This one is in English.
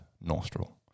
nostril